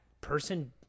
person